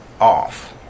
off